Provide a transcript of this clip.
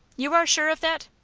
you are sure of that?